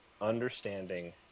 Understanding